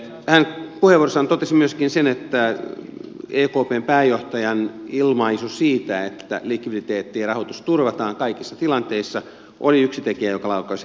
hän puheenvuorossaan totesi myöskin sen että ekpn pääjohtajan ilmaisu siitä että likviditeetti ja rahoitus turvataan kaikissa tilanteissa oli yksi tekijä joka laukaisi kriisiä